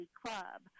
club